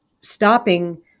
stopping